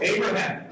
Abraham